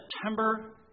September